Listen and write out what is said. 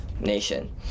nation